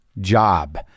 job